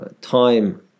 time